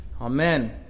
amen